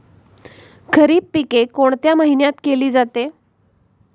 खरीप पिके कोणत्या महिन्यात केली जाते?